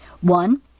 One